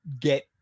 get